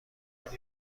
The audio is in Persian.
حرکت